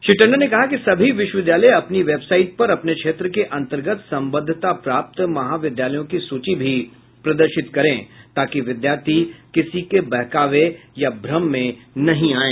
श्री टंडन ने कहा कि सभी विश्वविद्यालय अपनी वेबसाईट पर अपने क्षेत्र के अन्तर्गत संबद्धता प्राप्त महाविद्यालयों की सूची भी प्रदर्शित करें ताकि विद्यार्थी किसी के बहकावे या भ्रम में नहीं आएं